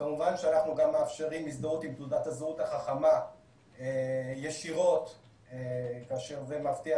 אנחנו מאפשרים גם הזדהות עם תעודת הזהות החכמה ישירות כאשר זה מבטיח